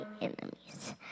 enemies